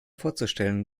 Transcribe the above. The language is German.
vorzustellen